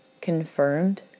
confirmed